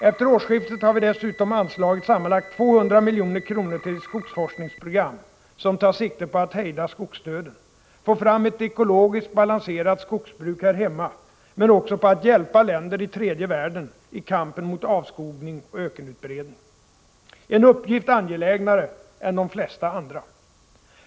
Efter årsskiftet har vi dessutom anslagit sammanlagt 200 milj.kr. till ett skogsforskningsprogram som tar sikte på att hejda skogsdöden, få fram ett ekologiskt balanserat skogsbruk här hemma men också på att hjälpa länder i tredje världen i kampen mot avskogning och ökenutbredning. Det är en uppgift angelägnare än de flesta andra.